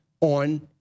on